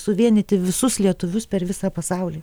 suvienyti visus lietuvius per visą pasaulį